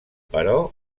però